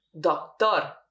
doctor